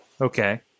Okay